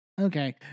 Okay